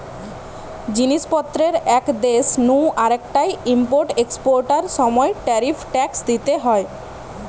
জিনিস পত্রের এক দেশ নু আরেকটায় ইম্পোর্ট এক্সপোর্টার সময় ট্যারিফ ট্যাক্স দিইতে হয়